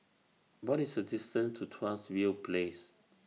What IS The distance to Tuas View Place